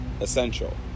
essential